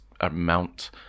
amount